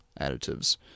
additives